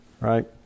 Right